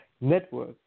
network